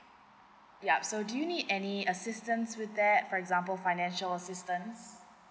yup so do you need any assistance with that for example financial assistance